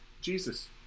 Jesus